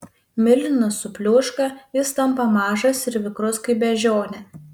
milžinas supliūška jis tampa mažas ir vikrus kaip beždžionė